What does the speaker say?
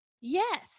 Yes